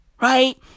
Right